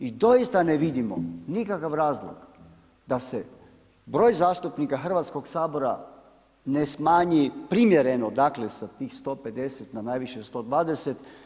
I doista ne vidimo nikakav razlog da se broj zastupnika Hrvatskog sabora ne smanji primjereno dakle, sa tih 150 na najviše 120.